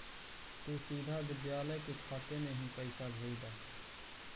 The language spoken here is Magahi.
तु सीधा विद्यालय के खाते में ही पैसे भेज द